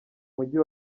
mujyi